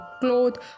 clothes